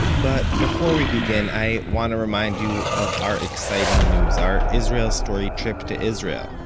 but before we begin, i want to remind you of our exciting news our israel story trip to israel.